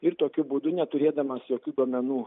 ir tokiu būdu neturėdamas jokių duomenų